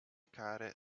karre